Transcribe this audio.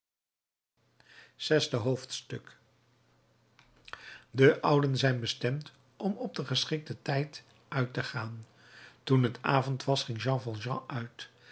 zesde hoofdstuk de ouden zijn bestemd om op den geschikten tijd uit te gaan toen het avond was ging jean valjean uit